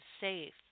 safe